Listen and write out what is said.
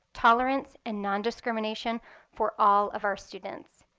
tolerance, and non-discrimination for all of our students.